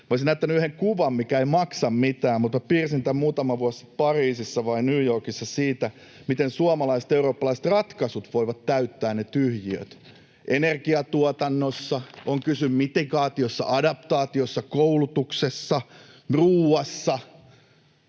Olisin näyttänyt yhden kuvan, mikä ei maksa mitään, mutta minä piirsin tämän muutama vuosi sitten Pariisissa tai New Yorkissa siitä, [Esittelee piirrosta puhujapöntössä] miten suomalaiset ja eurooppalaiset ratkaisut voivat täyttää ne tyhjiöt. Energiantuotannosta on kyse, mitigaatiosta, adaptaatiosta, koulutuksesta, ruoasta.